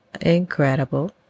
incredible